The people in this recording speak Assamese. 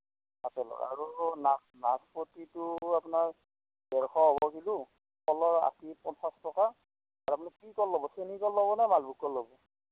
আপেলত আৰু নাচ নাচপতিটো আপোনাৰ ডেৰশ হ'ব কিলো কলৰ আশী পঞ্চাছ টকা আৰু আপুনি কি কল ল'ব চেনী কল ল'বনে মালভোগ কল ল'ব